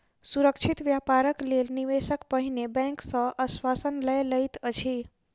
सुरक्षित व्यापारक लेल निवेशक पहिने बैंक सॅ आश्वासन लय लैत अछि